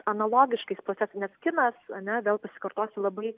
analogiškais procesais nes kinas ar ne vėl pasikartosiu labai